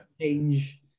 change